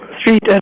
street